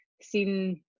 seen